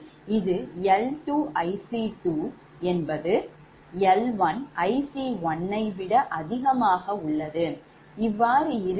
இது L2 IC2 L1 IC1 இவ்வாறு இருக்கிறது